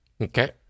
Okay